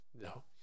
No